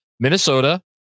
Minnesota